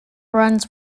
runs